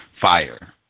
fire